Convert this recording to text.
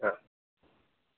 હા